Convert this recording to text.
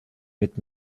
mit